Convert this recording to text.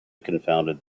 confounded